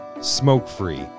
smoke-free